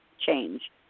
change